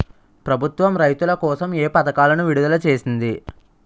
ప్రభుత్వం రైతుల కోసం ఏ పథకాలను విడుదల చేసింది?